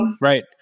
right